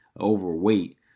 overweight